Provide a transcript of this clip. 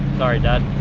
sorry dad.